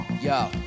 yo